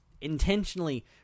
intentionally